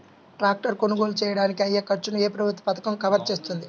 Tractor కొనుగోలు చేయడానికి అయ్యే ఖర్చును ఏ ప్రభుత్వ పథకం కవర్ చేస్తుంది?